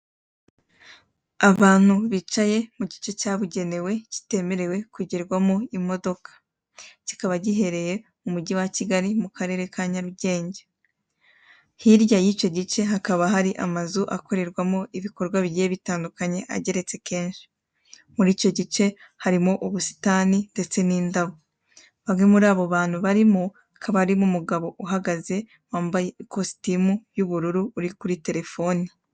Abantu bicaye mu gice cyabugenewe kitemerewe kugerwamo imodoka, kikaba giherereye mu mujyi wa Kigali, mu karere ka Nyarugenge, hirya y'icyo gice hakaba hari amazu akorerwamo ibikorwa bigiye bitandukanye ageretse kenshi, muri icyo gice harimo ubusitani ndetse n'indabo, bamwe muri abo bantu barimo, hakaba harimo umugabo uhagaze wambaye ikositimu y'ubururu, uri kuri telefoni.